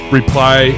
reply